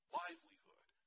livelihood